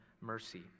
mercy